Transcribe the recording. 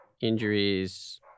injuries